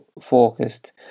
focused